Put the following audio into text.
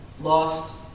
Lost